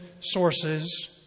sources